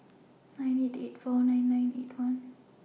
nine eight eight four nine nine eight one